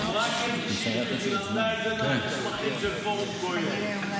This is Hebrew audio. אמרה קטי שטרית שהיא למדה את זה מהמסמכים של פורום קהלת.